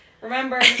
remember